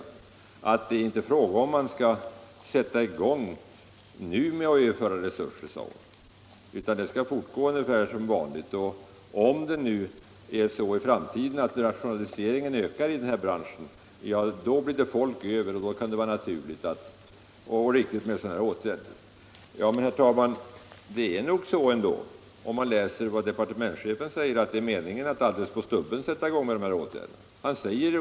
Hon säger att det inte är fråga om att man nu skall sätta i gång med att överföra resurser, utan det hela skall fortgå ungefär som vanligt. Om i framtiden rationaliseringen ökar i denna bransch, då blir det folk över och då kan det vara naturligt och riktigt med sådana åtgärder. Men, herr talman, det är nog ändå, om man läser vad departementschefen säger, meningen att alldeles på stubben sätta i gång med dessa åtgärder.